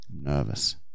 nervous